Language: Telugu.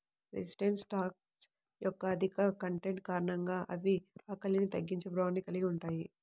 రెసిస్టెంట్ స్టార్చ్ యొక్క అధిక కంటెంట్ కారణంగా అవి ఆకలిని తగ్గించే ప్రభావాన్ని కలిగి ఉంటాయి